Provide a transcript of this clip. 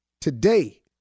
Today